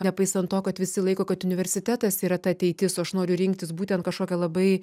nepaisant to kad visi laiko kad universitetas yra ta ateitis aš noriu rinktis būtent kažkokią labai